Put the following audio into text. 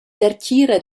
dertgira